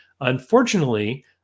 Unfortunately